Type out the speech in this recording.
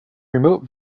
remote